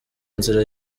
nzira